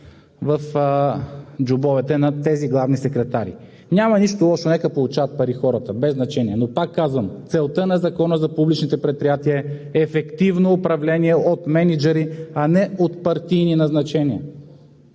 в джобовете на тези главни секретари. Няма нищо лошо, нека получават пари хората, без значение. Но пак казвам: целта на Закона за публичните предприятия е ефективно управление от мениджъри, а не от партийни назначения.